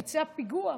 ביצע פיגוע,